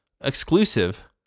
exclusive